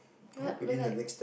what we're like